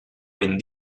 ben